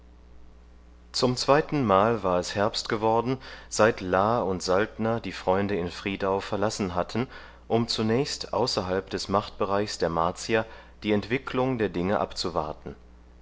zum zweiten mal war es herbst geworden seit la und saltner die freunde in friedau verlassen hatten um zunächst außerhalb des machtbereichs der martier die entwicklung der dinge abzuwarten